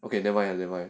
okay never mind never mind